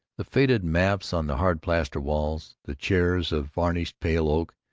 the faded maps on the hard plaster walls, the chairs of varnished pale oak,